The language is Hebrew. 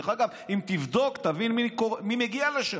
דרך אגב, אם תבדוק, תבין מי מגיע לשם.